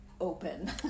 open